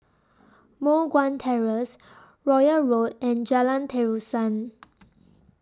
Moh Guan Terrace Royal Road and Jalan Terusan